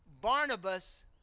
Barnabas